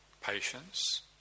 patience